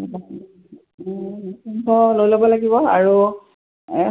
অঁ লৈ ল'ব লাগিব আৰু